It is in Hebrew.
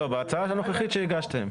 לא, בהצעה הנוכחית שהגשתם?